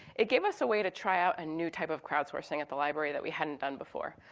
it gave us a way to try out a new type of crowdsourcing at the library that we hadn't done before.